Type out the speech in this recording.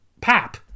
pap